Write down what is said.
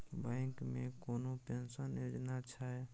Bank मे कोनो pension योजना छै?